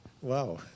Wow